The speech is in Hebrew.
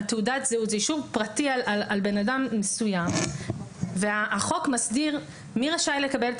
זה אישור פרטי על בן אדם מסוים והחוק מסדיר מי רשאי לקבל את